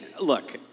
look